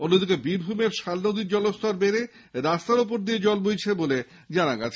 অন্যদিকে বীরভূমের শাল নদীর জলস্তর বেড়ে রাস্তার ওপর দিয়ে জল বইছে বলে জানা গেছে